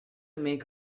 make